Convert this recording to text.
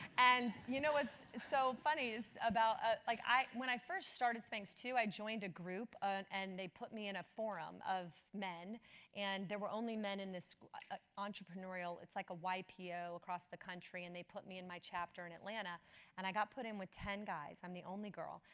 and you know what's so funny is about ah like when i first started spanx too, i joined a group um and they put me in a forum of men and there were only men in this entrepreneurial. it's like a ypo across the country and they put me in my chapter in atlanta and i got put in with ten guys, i'm the only girl.